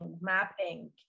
mapping